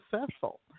successful